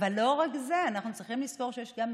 אבל לא רק זה, אנחנו צריכים לזכור שיש גם